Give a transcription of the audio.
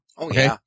Okay